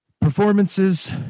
performances